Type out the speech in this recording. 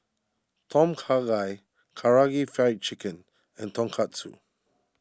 Tom Kha Gai Karaage Fried Chicken and Tonkatsu